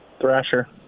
Thrasher